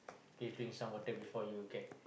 please drink some water before you get